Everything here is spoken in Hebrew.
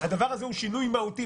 הדבר הזה הוא שינוי מהותי.